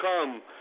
come